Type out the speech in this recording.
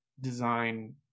design